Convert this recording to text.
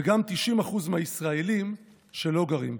וגם 90% מהישראלים, שלא גרים בה.